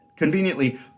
Conveniently